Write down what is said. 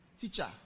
teacher